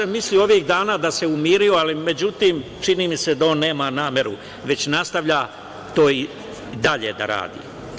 Mislio sam ovih dana da se umirio, ali čini mi se da on nema nameru, već nastavlja to i dalje da radi.